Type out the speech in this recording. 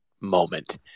moment